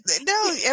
no